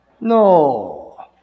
No